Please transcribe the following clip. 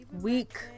week